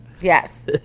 Yes